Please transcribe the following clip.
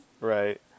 Right